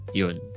yun